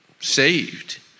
saved